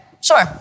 sure